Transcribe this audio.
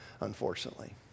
unfortunately